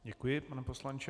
Děkuji, pane poslanče.